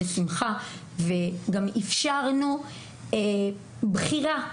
בנוסף, גם אפשרנו בחירה: